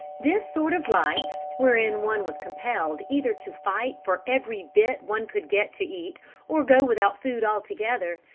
this sort of life, wherein one was compelled either to fight for every bit one could get to eat or go without food altogether,